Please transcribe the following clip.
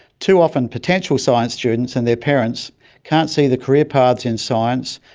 too often potential science students and their parents can't see the career paths in science,